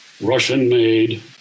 Russian-made